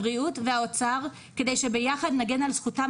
הבריאות והאוצר כדי שביחד נגן על זכותם